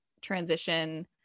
transition